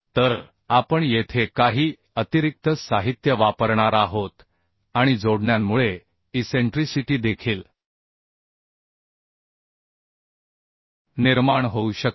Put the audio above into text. तर आपण येथे काही अतिरिक्त साहित्य वापरणार आहोत आणि जोडण्यांमुळे इसेंट्रीसिटी देखील निर्माण होऊ शकते